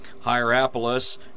Hierapolis